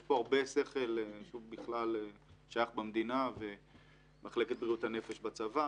יש פה הרבה שכל של המדינה בכלל ומחלקת בריאות הנפש בצבא.